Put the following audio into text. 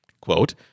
Quote